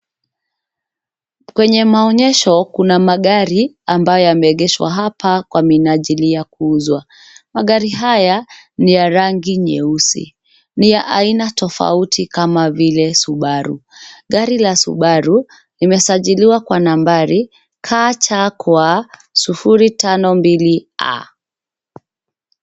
Kwenye maenyesho, kuna magari ambayo yameegeshwa hapa kwa minajili ya kuuzwa. Magari haya ni ya rangi nyeusi. Ni ya aina tofauti kama vile Subaru. Gari la Subaru limesajiliwa kwa nambari KCK 052A.